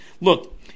look